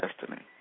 destiny